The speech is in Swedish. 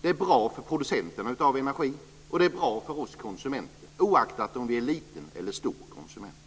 Det är bra för producenterna av energi, och det är bra för oss konsumenter, oaktat om vi är små eller stora konsumenter.